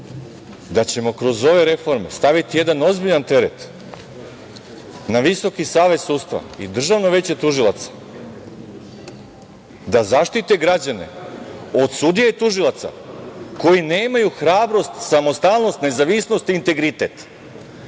da ćemo kroz ove reforme staviti jedan ozbiljan teret na Visoki savet sudstva i Državno veće tužilaca da zaštite građane od sudija i tužilaca koji nemaju hrabrost, samostalnost, nezavisnost i integritet. Ja